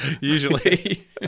usually